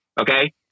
okay